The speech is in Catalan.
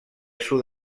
sud